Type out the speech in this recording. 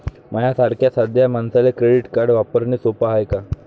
माह्या सारख्या साध्या मानसाले क्रेडिट कार्ड वापरने सोपं हाय का?